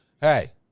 Hey